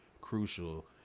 crucial